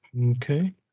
Okay